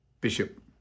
Bishop